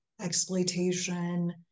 exploitation